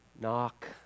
knock